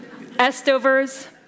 estovers